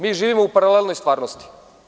Mi živimo u paralelnoj stvarnosti.